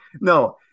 No